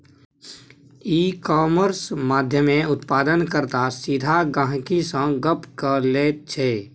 इ कामर्स माध्यमेँ उत्पादन कर्ता सीधा गहिंकी सँ गप्प क लैत छै